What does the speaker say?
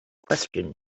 questions